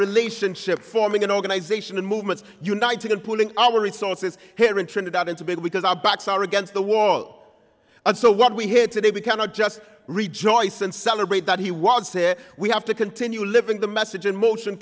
relationship forming an organization and movements uniting and pulling our resources here in trinidad and tobago because our backs are against the wall and so what we hear today we cannot just rejoice and celebrate that he was here we have to continue living the message and motion